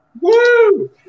Woo